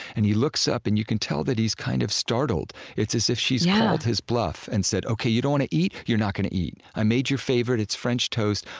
and he looks up, and you can tell that he's kind of startled. it's as if she's called his bluff and said, ok, you don't want to eat? you're not gonna eat. i made your favorite. it's french toast.